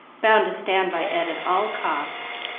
bound to stand by ed at all costs.